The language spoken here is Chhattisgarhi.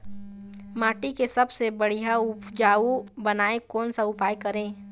माटी के सबसे बढ़िया उपजाऊ बनाए कोन सा उपाय करें?